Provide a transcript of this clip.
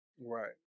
Right